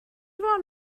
fôn